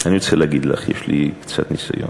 אני רוצה להגיד לך, יש לי קצת ניסיון.